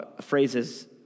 phrases